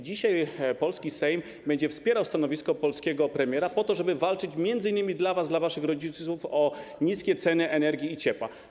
Dzisiaj polski Sejm będzie wspierał stanowisko polskiego premiera po to, żeby walczyć m.in. dla was, dla waszych rodziców o niskie ceny energii i ciepła.